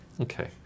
Okay